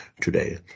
today